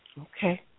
Okay